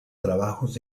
trabajos